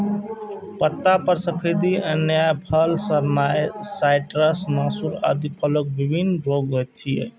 पत्ता पर सफेदी एनाय, फल सड़नाय, साइट्र्स नासूर आदि फलक विभिन्न रोग छियै